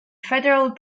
federal